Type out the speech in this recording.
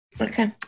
Okay